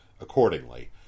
accordingly